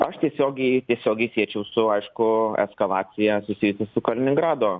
aš tiesiogiai tiesiogiai siečiau su aišku eskalacija susijusi su kaliningrado